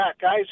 guys